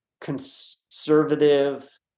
conservative